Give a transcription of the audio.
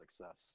success